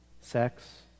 sex